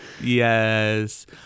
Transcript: Yes